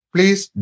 Please